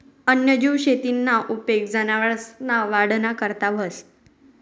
वन्यजीव शेतीना उपेग जनावरसना वाढना करता व्हस